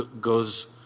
goes